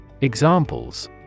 Examples